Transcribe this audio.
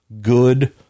Good